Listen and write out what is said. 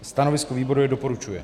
Stanovisko výboru je doporučuje.